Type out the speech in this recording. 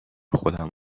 خودم